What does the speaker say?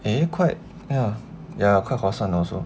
eh quite ya ya quite 划算 also